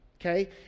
okay